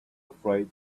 afraid